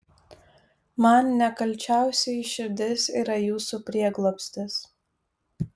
man nekalčiausioji širdis yra jūsų prieglobstis